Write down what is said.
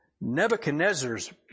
Nebuchadnezzar's